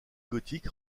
gothique